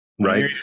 Right